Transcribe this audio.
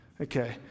okay